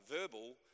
verbal